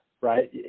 right